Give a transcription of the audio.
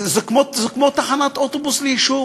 זה כמו תחנת אוטובוס ליישוב,